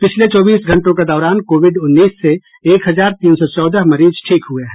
पिछले चौबीस घंटों के दौरान कोविड उन्नीस से एक हजार तीन सौ चौदह मरीज ठीक हये हैं